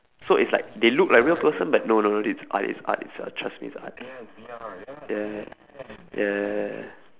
so it's like they look like real person but no no no it's art it's art it's a~ trust me it's art ya ya ya ya